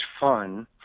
fun